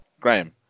Graham